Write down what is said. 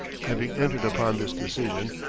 having entered upon this decision,